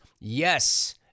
Yes